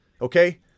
Okay